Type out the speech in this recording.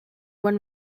when